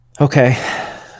Okay